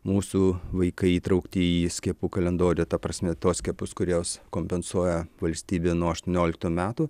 mūsų vaikai įtraukti į skiepų kalendorių ta prasme tuos skiepus kuriuos kompensuoja valstybė nuo aštuonioliktų metų